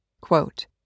Quote